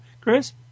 Chris